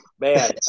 man